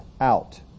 out